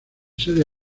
sede